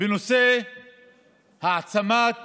בנושא העצמת